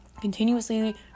continuously